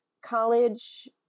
college